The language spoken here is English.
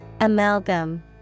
Amalgam